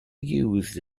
used